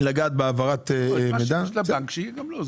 לגעת פה בהעברת מידע --- שכל מה שיש לבנק שיהיה גם להם.